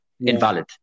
invalid